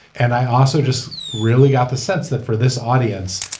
and i also just really got the sense that for this audience